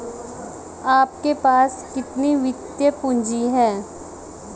आपके पास कितनी वित्तीय पूँजी है?